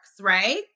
right